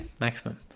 maximum